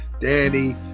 danny